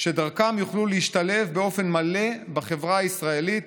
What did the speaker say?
שדרכן יוכלו להשתלב באופן מלא בחברה הישראלית